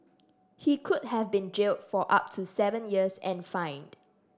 he could have been jailed for up to seven years and fined